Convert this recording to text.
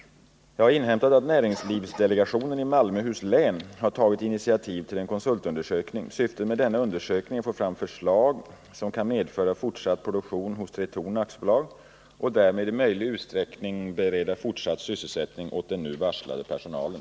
Jag har inhämtat att Näringslivsdelegationen i Malmöhus län har tagit initiativ till en konsultundersökning. Syftet med undersökningen är att få fram förslag som kan medföra fortsatt produktion hos Tretorn AB och därmed i möjlig utsträckning bereda fortsatt sysselsättning åt den nu varslade personalen.